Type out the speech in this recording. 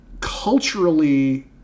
culturally